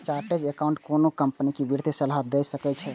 chartered accountant कोनो company कें वित्तीय सलाह दए सकै छै